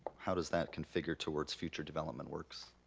how does that configure towards future development works?